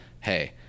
hey